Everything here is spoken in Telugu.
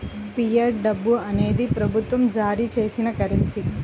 ఫియట్ డబ్బు అనేది ప్రభుత్వం జారీ చేసిన కరెన్సీ